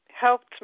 helped